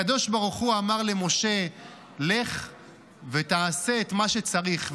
הקדוש ברוך הוא אמר למשה: לך ותעשה את מה שצריך,